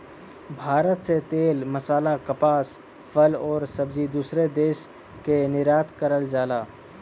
भारत से तेल मसाला कपास फल आउर सब्जी दूसरे देश के निर्यात करल जाला